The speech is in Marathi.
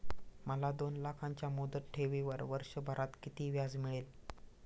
मला दोन लाखांच्या मुदत ठेवीवर वर्षभरात किती व्याज मिळेल?